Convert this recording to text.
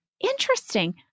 Interesting